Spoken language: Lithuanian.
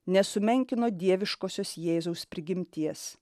nesumenkino dieviškosios jėzaus prigimties